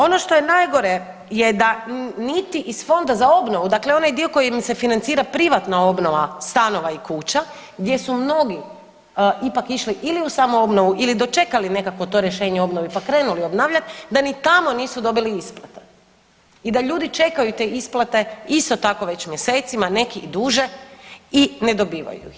Ono što je najgore da niti iz Fonda za obnovu, dakle onaj dio koji im se financira privatna obnova stanova i kuća, gdje su mnogi ipak išli u samoobnovu ili dočekali nekakvo to rješenje o obnovi pa krenuli obnavljati, da ni tamo nisu dobili isplate i da ljudi čekaju te isplate isto tako već mjesecima, neki i duže i ne dobivaju ih.